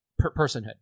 personhood